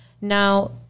Now